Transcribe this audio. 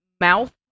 mouth